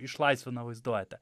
išlaisvina vaizduotę